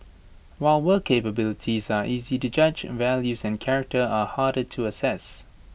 while work capabilities are easy to judge values and character are harder to assess